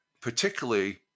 particularly